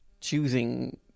choosing